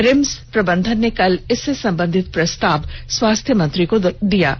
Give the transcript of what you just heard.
RIMS प्रबंधन ने कल इससे संबंधित प्रस्ताव स्वास्थ्य मंत्री को सौंप दिया है